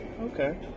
okay